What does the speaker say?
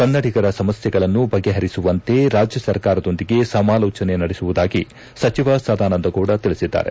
ಕನ್ನಡಿಗರ ಸಮಸ್ಯೆಗಳನ್ನು ಬಗೆಹರಿಸುವಂತೆ ರಾಜ್ಯ ಸರ್ಕಾರದೊಂದಿಗೂ ಸಮಾಲೋಚನೆ ನಡೆಸುವುದಾಗಿ ಸಚಿವ ಸದಾನಂದಗೌಡ ತಿಳಿಸಿದ್ದಾರೆ